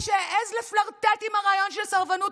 מי שהעז לפלרטט עם הרעיון של סרבנות,